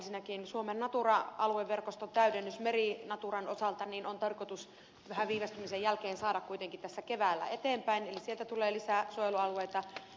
ensinnäkin suomen natura alueverkoston täydennys meri naturan osalta on tarkoitus pienen viivästymisen jälkeen saada kuitenkin tässä keväällä eteenpäin eli sieltä tulee lisää suojelualueita